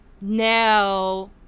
now